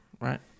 Right